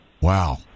Wow